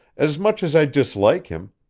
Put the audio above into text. as much as i dislike him,